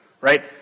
right